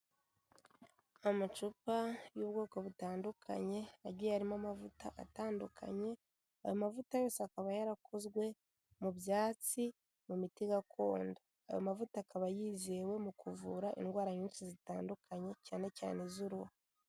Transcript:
Amacupa y'ubwoko butandukanye agiye arimo amavuta atandukanye, aya mavuta yose akaba yarakozwe mu byatsi mu miti gakondo. Aya mavuta akaba yizewe mu kuvura indwara nyinshi zitandukanye cyane cyane iz'uruhu.